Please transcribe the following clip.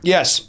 Yes